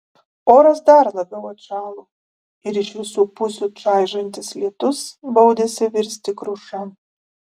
oras dar labiau atšalo ir iš visų pusių čaižantis lietus baudėsi virsti kruša